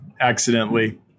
accidentally